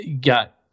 got